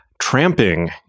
tramping